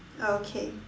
okay